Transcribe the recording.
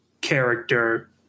character